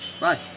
Bye